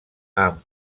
amb